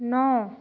नौ